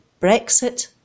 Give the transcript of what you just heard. Brexit